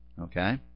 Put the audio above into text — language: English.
okay